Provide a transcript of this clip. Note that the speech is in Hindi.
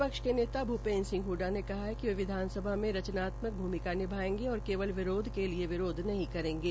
विपक्ष के नेता भ्पेन्द्र सिंह हडडा ने कहा कि वे विधानसभा में रचनात्मक भ्र्मिका निभायेंगे और केवल विशेष के लिए विरोध नहीं करेंगे